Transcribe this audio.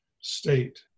state